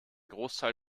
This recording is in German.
großteil